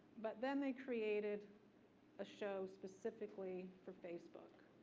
but then they created a show specifically for facebook,